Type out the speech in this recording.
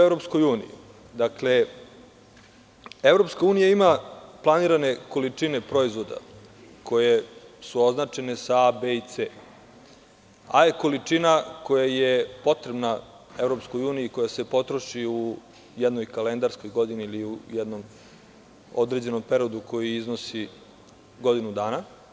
Evropska unija ima planirane količine proizvoda koje su označene sa A, B i C. „A“ je količina koja je potrebna EU, koja se potroši u jednoj kalendarskoj godini ili u jednom određenom periodu koji iznosi godinu dana.